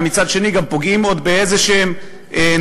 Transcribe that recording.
ומצד שני גם פוגעים עוד באיזשהן נקודות